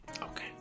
Okay